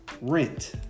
rent